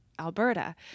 Alberta